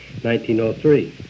1903